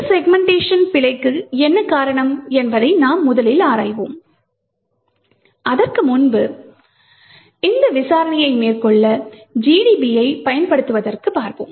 இந்த செக்மென்ட்டேஷன் தவறுக்கு என்ன காரணம் என்பதை நாம் முதலில் ஆராய்வோம் அதற்கு முன்பு இந்த விசாரணையை மேற்கொள்ள GDB யைப் பயன்படுத்துவதற்கு பார்த்தோம்